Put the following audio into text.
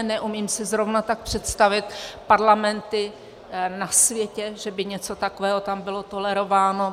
Neumím si zrovna tak představit parlamenty na světě, že by něco takového tam bylo tolerováno.